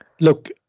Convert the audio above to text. Look